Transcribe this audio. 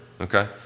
Okay